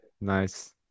Nice